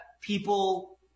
people